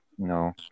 No